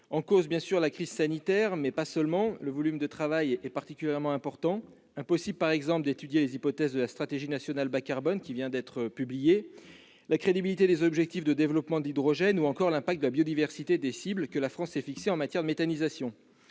en cause, bien sûr, la crise sanitaire, mais pas seulement. Le volume de travail est particulièrement important. Il est impossible, par exemple, d'étudier les hypothèses de la stratégie nationale bas carbone, qui vient d'être publiée, la crédibilité des objectifs de développement de l'hydrogène, ou encore l'incidence de la biodiversité des cibles que la France s'est fixées en matière de méthanisation.